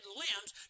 limbs